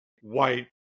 white